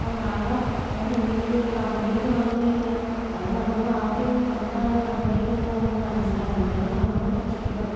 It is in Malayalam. അപ്പോൾ നാളെ അതിന് എന്തെങ്കിലും ഒരു കംപ്ലൈൻറ്റ് വന്ന് കഴിഞ്ഞാൽ അത് നമ്മള് ആദ്യം എന്താണ് കംപ്ലൈൻ്റെന്നുള്ളത് നമുക്ക് മനസ്സിലാക്കണം അല്ലെങ്കിൽ നമ്മള് പറ്റിക്കപ്പെടും